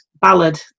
ballad